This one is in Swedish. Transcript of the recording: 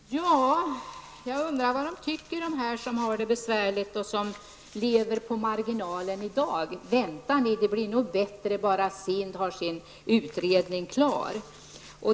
Herr talman! Jag undrar vad de som i dag har det besvärligt och som lever på marginalen tycker -- vänta ni, det blir nog bättre bara SIND får sin utredning klar!